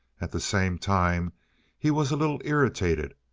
at the same time he was a little irritated,